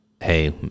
hey